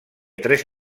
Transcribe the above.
tres